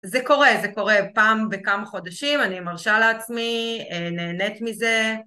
זה קורה, זה קורה פעם בכמה חודשים, אני מרשה לעצמי, נהנית מזה.